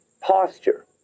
posture